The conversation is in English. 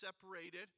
separated